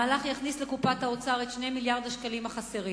המהלך יכניס לקופת האוצר את 2 מיליארדי השקלים החסרים,